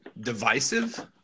Divisive